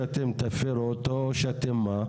או שאתם תפרו אותו או שאתם מה?